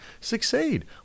Succeed